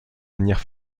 manière